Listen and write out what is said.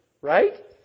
Right